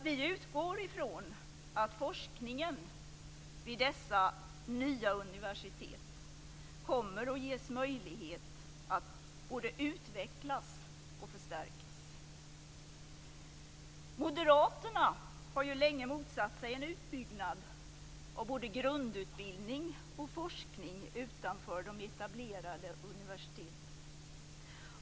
Vi utgår från att forskningen vid dessa nya universitet kommer att ges möjlighet att både utvecklas och förstärkas. Moderaterna har länge motsatt sig en utbyggnad av både grundutbildning och forskning utanför de etablerade universiteten.